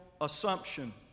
assumption